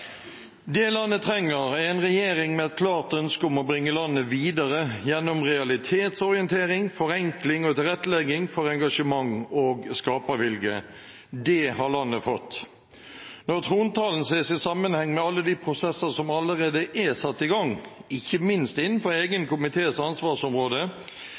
Det landet trenger, er en regjering med et klart ønske om å bringe landet videre gjennom realitetsorientering, forenkling og tilrettelegging for engasjement og skapervilje. Det har landet fått. Når trontalen ses i sammenheng med alle de prosesser som allerede er satt i gang, ikke minst innenfor egen komités ansvarsområde,